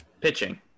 pitching